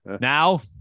now